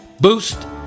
Boost